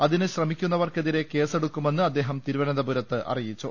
അതിന് ശ്രമിക്കുന്നവർക്കെതിരെ കേസെടുക്കു മെന്ന് അദ്ദേഹം തിരുവനന്തപുരത്ത് അറിയിച്ചു